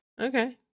okay